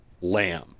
lamb